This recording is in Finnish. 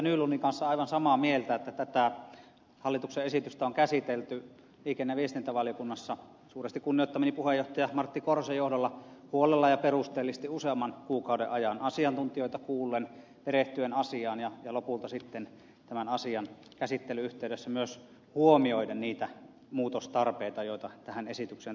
nylundin kanssa aivan samaa mieltä että tätä hallituksen esitystä on käsitelty liikenne ja viestintävaliokunnassa suuresti kunnioittamani puheenjohtaja martti korhosen johdolla huolella ja perusteellisesti useamman kuukauden ajan asiantuntijoita kuullen perehtyen asiaan ja lopulta sitten tämän asian käsittelyn yhteydessä myös huomioiden niitä muutostarpeita joita tähän esitykseen tulee